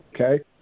Okay